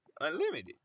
Unlimited